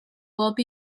bob